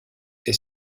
est